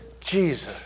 Jesus